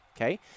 Okay